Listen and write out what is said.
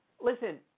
Listen